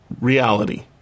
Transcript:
reality